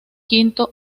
quinto